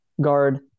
guard